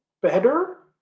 better